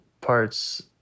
parts